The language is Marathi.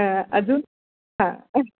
हं अजून हां